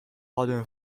button